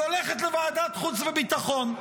היא הולכת לוועדת החוץ והביטחון.